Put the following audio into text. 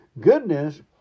goodness